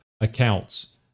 accounts